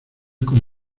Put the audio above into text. con